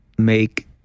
make